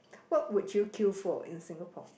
what would you queue for in Singapore